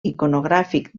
iconogràfic